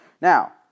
Now